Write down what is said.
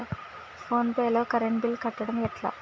Phone pay లో current bill కట్టడం ఎట్లా?